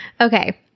Okay